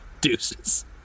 Deuces